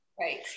Right